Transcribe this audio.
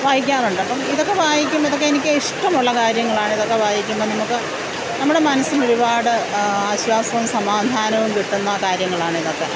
വായിക്കാറുണ്ട് അപ്പം ഇതൊക്കെ വായിക്കുമ്പോഴത്തേക്ക് എനിക്ക് ഇഷ്ടമുള്ള കാര്യങ്ങളാണ് ഇതൊക്കെ വായിക്കുമ്പം നിങ്ങക്ക് നമ്മടെ മനസ്സിന് ഒരുപാട് ആശ്വാസവും സമാധാനവും കിട്ടുന്ന കാര്യങ്ങളാണ് ഇതൊക്കെ